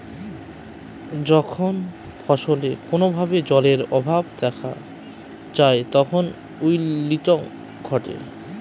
যখন ফসলে কোনো ভাবে জলের অভাব দেখা যায় তখন উইল্টিং ঘটে